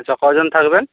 আচ্ছা কজন থাকবেন